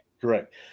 correct